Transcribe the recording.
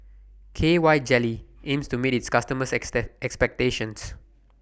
K Y Jelly aims to meet its customers' expectations